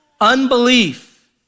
Unbelief